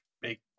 big